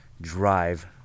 drive